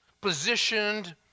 positioned